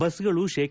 ಬಸ್ಗಳು ಶೇ